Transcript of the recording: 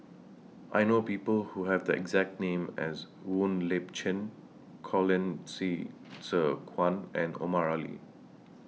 I know People Who Have The exact name as Wong Lip Chin Colin Qi Zhe Quan and Omar Ali